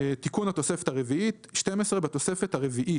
"תיקון התוספת הרביעית 12. בתוספת הרביעי